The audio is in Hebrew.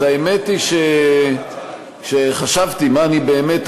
אז האמת היא שחשבתי מה אני אעשה.